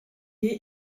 est